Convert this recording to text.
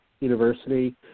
University